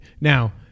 Now